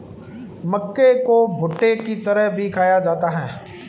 मक्के को भुट्टे की तरह भी खाया जाता है